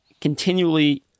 continually